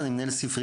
אני מנהל ספריה.